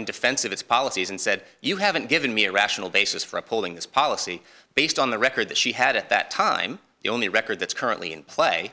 in defense of its policies and said you haven't given me a rational basis for upholding this policy based on the record that she had at that time the only record that's currently in play